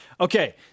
Okay